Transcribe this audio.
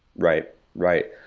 right. right.